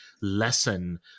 lesson